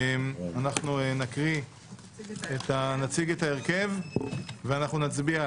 נציג את ההרכב ונצביע עליו.